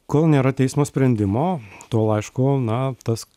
kol nėra teismo sprendimo tol aišku na tas